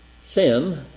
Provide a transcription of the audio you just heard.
sin